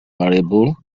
parable